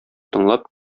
тыңлап